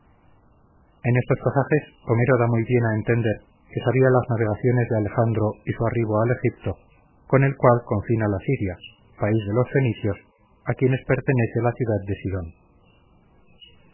en estos pasajes homero da muy bien a entender que sabía las navegaciones de alejandro y su arribo al egipto con el cual confina la siria país de los fenicios a quienes pertenece la ciudad de sidon